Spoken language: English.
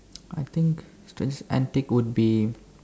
I think strangest antic would be